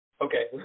Okay